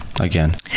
again